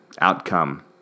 outcome